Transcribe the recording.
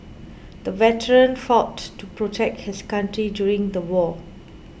the veteran fought to protect his country during the war